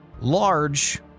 large